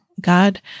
God